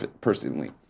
personally